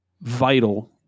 vital